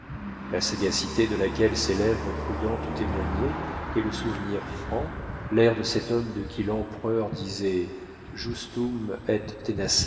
la sagacité de laquelle ses lèvres prudentes témoignaient et le souvenir franc l'air de cet homme de qui l'empereur disait